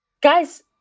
Guys